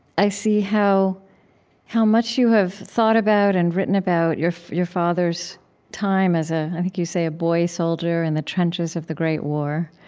i see how how much you have thought about and written about your your father's time as, ah i think you say, a boy soldier in the trenches of the great war.